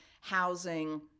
housing